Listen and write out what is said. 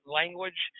language